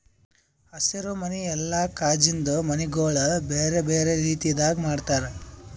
ಹಸಿರು ಮನಿ ಇಲ್ಲಾ ಕಾಜಿಂದು ಮನಿಗೊಳ್ ಬೇರೆ ಬೇರೆ ರೀತಿದಾಗ್ ಮಾಡ್ತಾರ